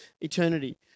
eternity